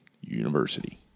University